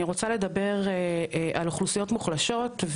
אני רוצה לדבר על אוכלוסיות מוחלשות,